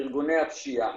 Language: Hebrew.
ארגוני הפשיעה,